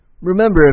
Remember